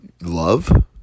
love